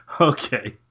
Okay